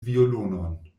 violonon